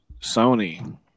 Sony